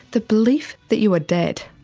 the belief that you are dead.